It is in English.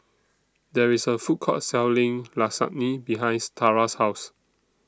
There IS A Food Court Selling Lasagne behinds Tarah's House